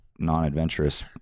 non-adventurous